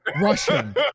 Russian